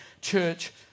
church